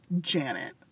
Janet